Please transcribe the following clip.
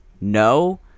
no